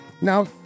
Now